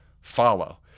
follow